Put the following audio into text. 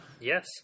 Yes